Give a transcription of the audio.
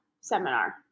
seminar